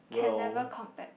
can never compared